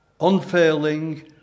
unfailing